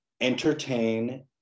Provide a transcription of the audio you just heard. entertain